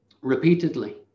repeatedly